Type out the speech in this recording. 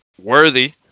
worthy